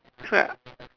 so like